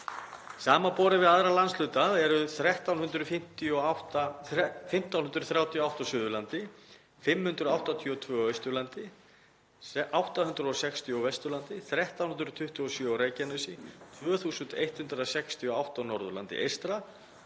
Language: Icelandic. Samanborið við aðra landshluta eru 1.538 á Suðurlandi, 582 á Austurlandi, 860 á Vesturlandi, 1.327 á Reykjanesi, 2.168 á Norðurlandi eystra,